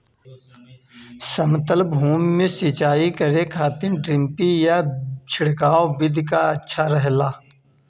समतल भूमि में सिंचाई करे खातिर ड्रिप विधि या छिड़काव विधि अच्छा रहेला?